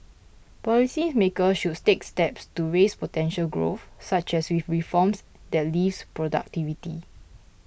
policy maker should take steps to raise potential growth such as with reforms that lift productivity